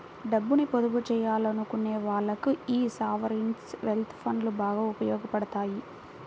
డబ్బుని పొదుపు చెయ్యాలనుకునే వాళ్ళకి యీ సావరీన్ వెల్త్ ఫండ్లు బాగా ఉపయోగాపడతాయి